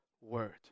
word